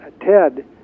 Ted